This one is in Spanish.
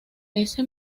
ese